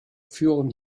führen